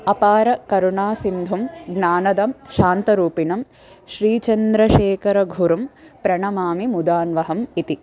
अपारकरुणासिन्धुं ज्ञानदं शान्तरूपिणं श्रीचन्द्रशेखरगुरुं प्रणमामि मुदान्वहम् इति